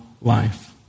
life